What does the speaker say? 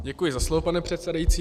Děkuji za slovo, pane předsedající.